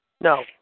No